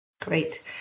Great